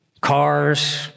cars